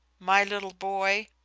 my little boy,